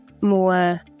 more